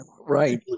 Right